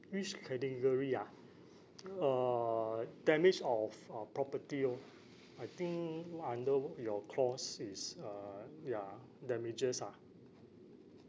which category ah uh damage of uh property orh I think under your clause is uh ya damages ah